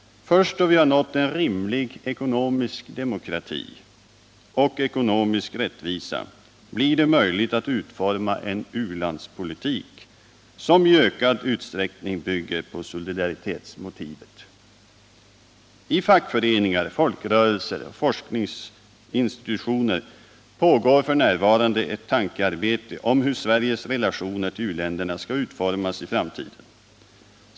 Först då vi har fått en rimlig ekonomisk demokrati och ekonomisk rättvisa blir det möjligt att utforma en u-landspolitik som i ökad utsträckning bygger på solidaritetsmotivet. I fackföreningar, folkrörelser och forskningsinstitutioner pågår f. n. diskussioner om hur Sveriges relationer till u-länderna skall utformas i framtiden.